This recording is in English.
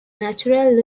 natural